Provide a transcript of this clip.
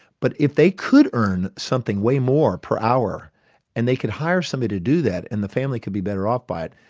but if they could earn something way more per hour and they could hire somebody to do that, and the family could be better off by it,